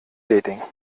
dating